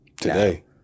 Today